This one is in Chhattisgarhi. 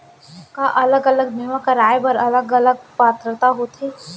का अलग अलग बीमा कराय बर अलग अलग पात्रता होथे?